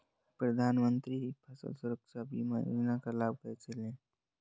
प्रधानमंत्री फसल बीमा योजना का लाभ कैसे लें?